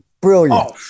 brilliant